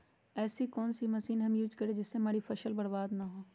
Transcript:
ऐसी कौन सी मशीन हम यूज करें जिससे हमारी फसल बर्बाद ना हो?